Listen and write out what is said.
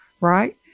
right